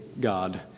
God